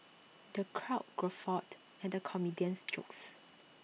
the crowd guffawed at the comedian's jokes